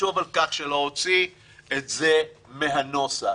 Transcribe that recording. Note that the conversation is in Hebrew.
לחשוב על להוציא את זה מהנוסח.